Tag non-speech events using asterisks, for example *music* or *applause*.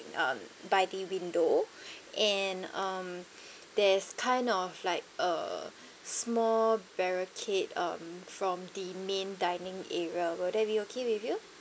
um by the window *breath* and um there's kind of like a small barricade um from the main dining area will there be okay with you